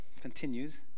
continues